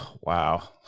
Wow